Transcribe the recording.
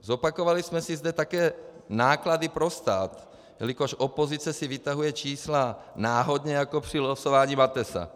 Zopakovali jsme si zde také náklady pro stát, jelikož opozice si vytahuje čísla náhodně jako při losování Matesa.